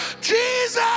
Jesus